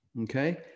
Okay